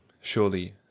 surely